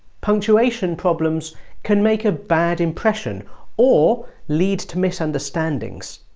punctuation problems can make a bad impression or lead to misunderstandings.